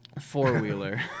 Four-wheeler